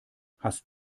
hast